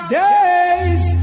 days